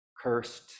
cursed